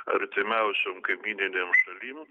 artimiausiom kaimyninėm šalim